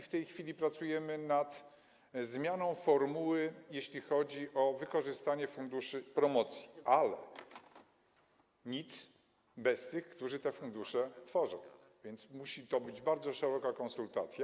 W tej chwili pracujemy nad zmianą formuły, jeśli chodzi o wykorzystanie funduszy promocji, ale nic bez tych, którzy te fundusze tworzą, więc musi to być bardzo szeroka konsultacja.